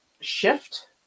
shift